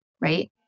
Right